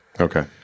Okay